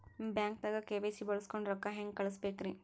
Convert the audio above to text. ಬ್ಯಾಂಕ್ದಾಗ ಕೆ.ವೈ.ಸಿ ಬಳಸ್ಕೊಂಡ್ ರೊಕ್ಕ ಹೆಂಗ್ ಕಳಸ್ ಬೇಕ್ರಿ?